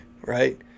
right